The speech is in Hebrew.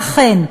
ואכן,